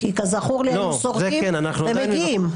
כי כזכור לי, היו סורקים ומגיעים.